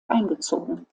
eingezogen